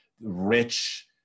rich